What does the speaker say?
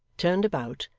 turned about,